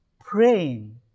praying